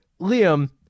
Liam